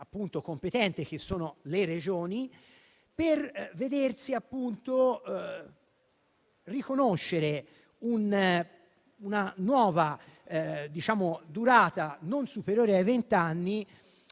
competente che sono le Regioni, per vedersi riconoscere una nuova durata non superiore ai vent'anni